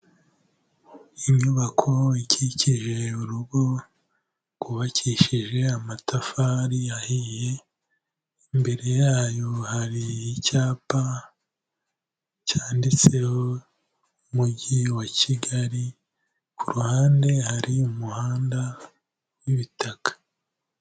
Inyubako ikikije urugo rwubakishije amatafari ahiye, imbere yayo hari icyapa cyanditseho umujyi wa Kigali, ku ruhande hari umuhanda w'ibitaka.